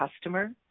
customer